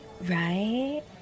Right